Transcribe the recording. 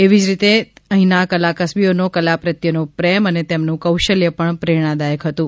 એવી જ રીતે અહીંના કલાકસબીઓનો કલા પ્રત્યેનો પ્રેમ અને તેમનું કૌશલ્ય પણ પ્રેરણાદાયક હતું